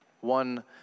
One